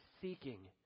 seeking